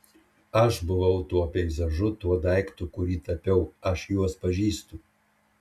aš buvau tuo peizažu tuo daiktu kurį tapiau aš juos pažįstu